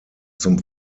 zum